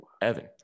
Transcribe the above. Evan